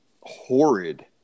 horrid